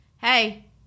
hey